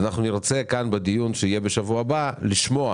אנחנו נרצה בדיון שיתקיים בשבוע הבא לשמוע